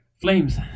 flames